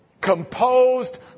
composed